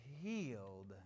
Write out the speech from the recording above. healed